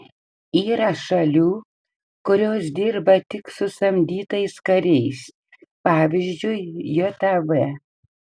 yra šalių kurios dirba tik su samdytais kariais pavyzdžiui jav